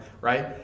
right